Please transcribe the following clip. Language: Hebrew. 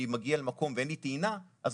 מגיע למקום טעינה ואין לי אפשרות לטעון,